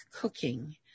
cooking